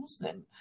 Muslim